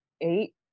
eight